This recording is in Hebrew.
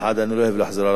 אני לא אוהב לחזור על הדברים: